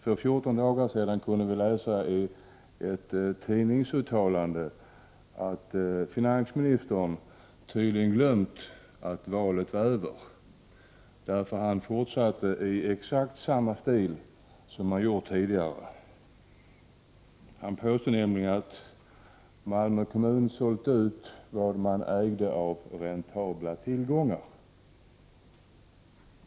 För 14 dagar sedan kunde vi läsa i ett tidningsuttalande att finansministern tydligen hade glömt att valet var över, då han fortsatte i exakt samma stil som han gjort tidigare. Han påstod nämligen att Malmö kommun sålt ut vad man ägde av räntabla tillgångar.